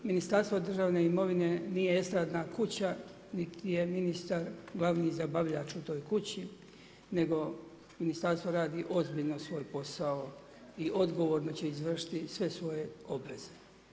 Ministarstvo državna imovine nije estradna kuća niti je ministar glavni zabavljač u toj kući, nego ministarstvo radi ozbiljno svoj posao i odgovorno će izvršiti sve svoje obaveze.